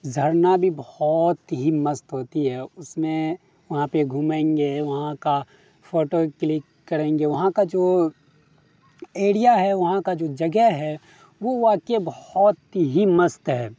جھرنا بھی بہت ہی مست ہوتی ہے اس میں وہاں پہ گھومیں گے وہاں کا فوٹو کلک کریں گے وہاں کا جو ایریا ہے وہاں کا جو جگہ ہے وہ واقعی بہت ہی مست ہے